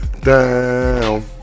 down